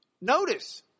notice